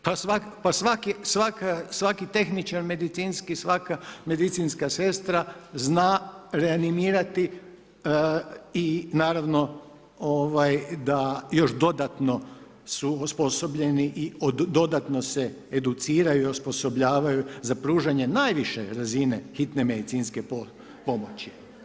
Pa svaki tehničar medicinski, svaka medicinska sestra zna reanimirati i naravno da još dodatno su osposobljeni i dodatno se educiraju i osposobljavanja za pružanju najviše razine hitne medicinske pomoći.